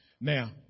Now